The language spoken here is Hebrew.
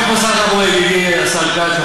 יושב פה שר התחבורה, ידידי השר כץ.